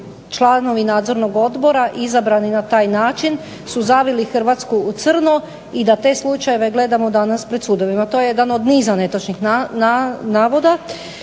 članovi nadzornog odbora izabrani na taj način su zavili Hrvatsku u crno i da te slučajeve gledamo danas pred sudovima. To je jedan od niza netočnih navoda.